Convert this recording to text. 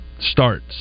starts